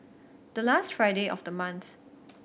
the last Friday of the month